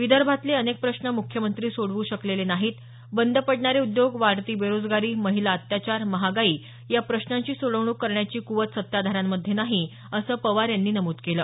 विदर्भातले अनेक प्रश्न मुख्यमंत्री सोडवू शकलेले नाहीत बंद पडणारे उद्योग वाढती बेरोजगारी महिला अत्याचार महागाई या प्रश्नांची सोडवणूक करण्याची कुवत सत्ताधाऱ्यांमध्ये नाही असं पवार यांनी नमूद केलं